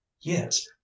yes